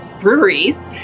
breweries